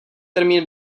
termín